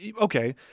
okay